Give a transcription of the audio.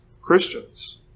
Christians